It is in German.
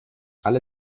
alle